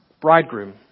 bridegroom